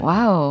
Wow